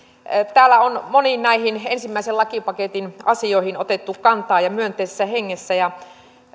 täällä on moniin näihin ensimmäisen lakipaketin asioihin otettu kantaa ja myönteisessä hengessä ja